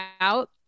out